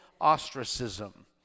ostracism